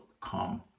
come